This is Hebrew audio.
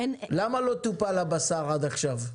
למה לא טופל הבשר עד עכשיו?